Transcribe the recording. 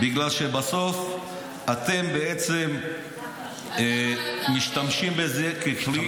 בגלל שבסוף אתם בעצם משתמשים בזה אז למה לא הקמתם?